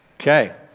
Okay